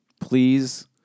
Please